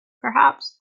perhaps